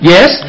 Yes